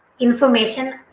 information